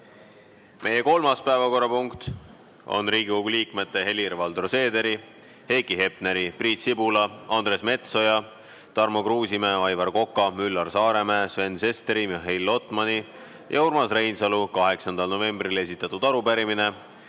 Meie kolmas päevakorrapunkt on Riigikogu liikmete Helir-Valdor Seederi, Heiki Hepneri, Priit Sibula, Andres Metsoja, Tarmo Kruusimäe, Aivar Koka, Üllar Saaremäe, Sven Sesteri, Mihhail Lotmani ja Urmas Reinsalu 8. novembril esitatud arupärimine